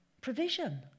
Provision